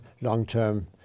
long-term